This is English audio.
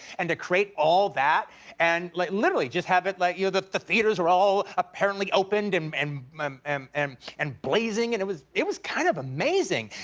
and to create all that and like literally just have it like you know the theaters are all apparently opened and and um um um and blazing. and it was it was kind of amazing.